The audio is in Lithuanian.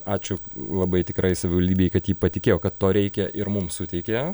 ačiū labai tikrai savivaldybei kad ji patikėjo kad to reikia ir mums suteikė